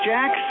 Jack